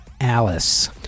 Alice